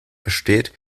besteht